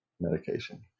medication